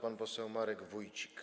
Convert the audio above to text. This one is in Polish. Pan poseł Marek Wójcik.